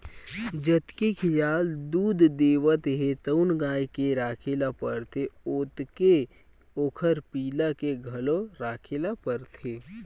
जतके खियाल दूद देवत हे तउन गाय के राखे ल परथे ओतके ओखर पिला के घलो राखे ल परथे